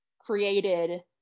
created